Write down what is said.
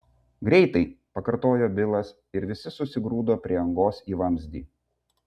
greitai pakartojo bilas ir visi susigrūdo prie angos į vamzdį